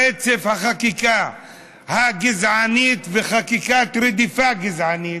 שרצף החקיקה הגזענית וחקיקת רדיפה גזענית,